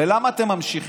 ולמה אתם ממשיכים?